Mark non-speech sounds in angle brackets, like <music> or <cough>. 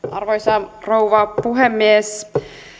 <unintelligible> arvoisa rouva puhemies